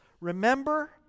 Remember